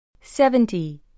Seventy